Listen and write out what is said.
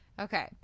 Okay